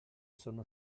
sono